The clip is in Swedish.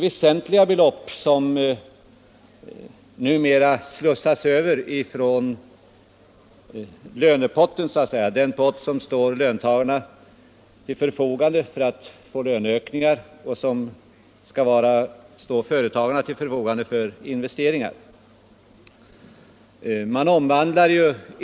Väsentliga belopp slussas numera över från den pott som står löntagarna till förfogande för löneökningar och som skall stå företagarna till förfogande för investeringar.